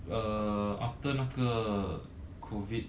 you after 那个 COVID